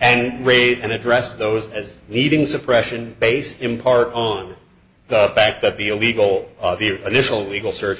and radio and addressed those as eating suppression based in part on the fact that the illegal of the initial legal search